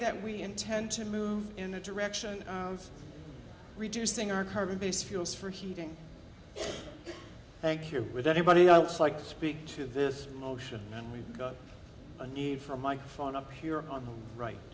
that we intend to move in the direction of reducing our carbon based fuels for heating thank you with anybody else like to speak to this motion and we've got a need for a microphone up here on the right